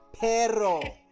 Perro